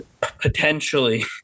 potentially